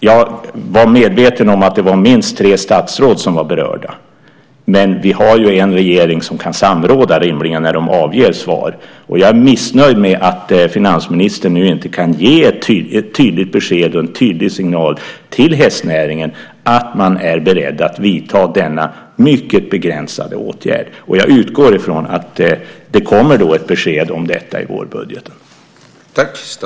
Jag var medveten om att det var minst tre statsråd som var berörda. Men vi har ju en regering som kan samråda, rimligen, innan den avger svar. Och jag är missnöjd med att finansministern nu inte kan ge ett tydligt besked och en tydlig signal till hästnäringen att man är beredd att vidta denna mycket begränsade åtgärd. Jag utgår från att det kommer ett besked om detta i vårbudgeten.